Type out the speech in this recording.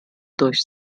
durch